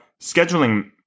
scheduling